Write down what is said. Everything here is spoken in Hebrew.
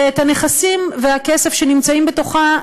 והנכסים והכסף שנמצאים בתוכה,